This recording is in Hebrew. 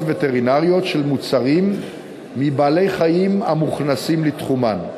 וטרינריות של מוצרים מבעלי-חיים המוכנסים לתחומן,